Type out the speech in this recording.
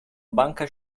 banca